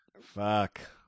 Fuck